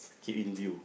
keep in view